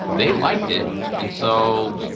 they liked it. and so,